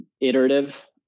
iterative